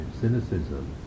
cynicism